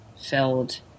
filled